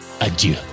Adieu